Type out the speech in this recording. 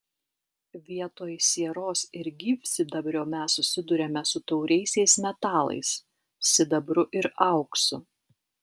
vietoj sieros ir gyvsidabrio mes susiduriame su tauriaisiais metalais sidabru ir auksu